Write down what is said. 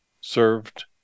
served